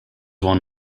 won